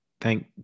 thank